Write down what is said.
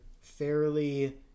fairly